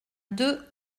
deux